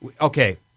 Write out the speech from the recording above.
okay